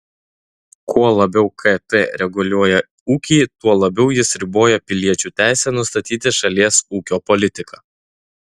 kuo labiau kt reguliuoja ūkį tuo labiau jis riboja piliečių teisę nustatyti šalies ūkio politiką